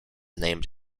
named